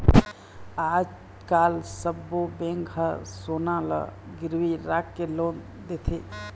आजकाल सब्बो बेंक ह सोना ल गिरवी राखके लोन देथे